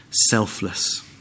selfless